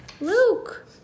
Luke